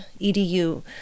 EDU